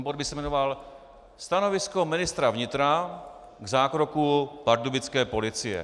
Bod by se jmenoval Stanovisko ministra vnitra k zákroku pardubické policie.